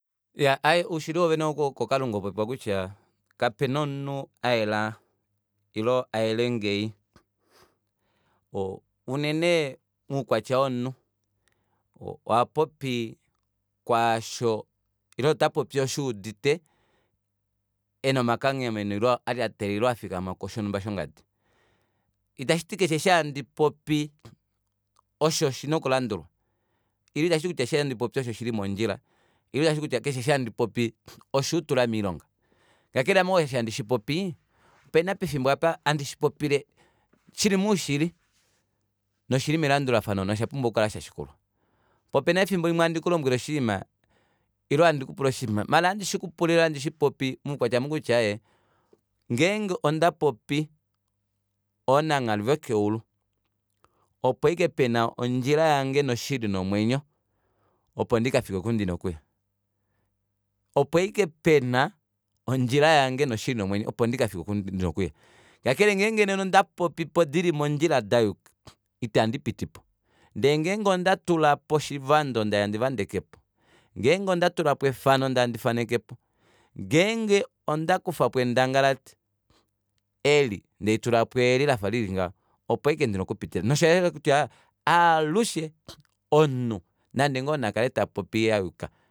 Iyaa oushili woovene ouhaupopiwa woko kalunga kapena omunhu ayela ile ayelengeyi ohoo unene moukwatya womunhu ohapopi kwaasho ile otapopi osho eudite ena omakanghameno alyatelela ile afikama kushonumba shongadi itashiti keshe eshi handi popi osho shina okulandulwa ile itashiti kutya keshe osho handi popi osho shili mondjila ile itashiti kutya keshe osho utula moilonga kakele ame oo eshi handi popi opena pefimbo apa handi shipopile shili moushili noshili melandulafano noshapumbwa okukala shashikulwa poo opena yoo efimbo limwe handi kulombwele oshiima ile handi kupula oshiima maala ohandi shikupula ile ohandi shipopi moukwatya ou kutya aaye ngeenge ondapopi oonanghali vokeulu opo aike pena ondjila yange no shili nomwenyo opo ndikafike oku ndina okuya opo aike pena ondjila yange noshili nomwenyo opo ndikafike oku ndina okuya kakele nena ngeenge onda popipo dili mondjila dayuka ita ndipitipo ndee ngenge ondatulapo oshivando ndee handi vandekepo ngeenge ondatulapo efano ndee handi fanekepo ngeenge odakufapo endangalati eli ndee hatulapo eeli lafa lilingaha opo aike ndina okupitila nosha yela kutya aalushe omunhu nande ngoo nande ngoo nakale tapopi yayuka